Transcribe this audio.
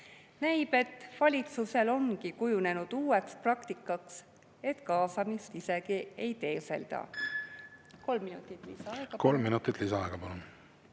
Näib, et valitsusel ongi kujunenud uueks praktikaks, et kaasamist isegi ei teeselda. Palun kolm minutit lisaaega.